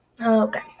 Okay